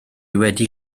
wedi